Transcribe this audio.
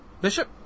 Bishop